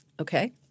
Okay